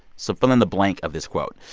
so fill in the blank of this quote.